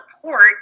support